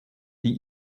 die